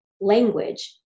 language